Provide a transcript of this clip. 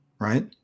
Right